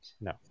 No